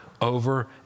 over